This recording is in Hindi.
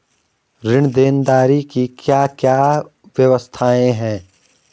ऋण देनदारी की क्या क्या व्यवस्थाएँ हैं?